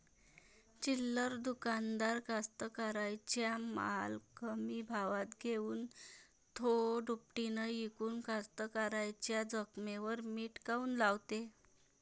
चिल्लर दुकानदार कास्तकाराइच्या माल कमी भावात घेऊन थो दुपटीनं इकून कास्तकाराइच्या जखमेवर मीठ काऊन लावते?